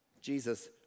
Jesus